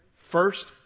First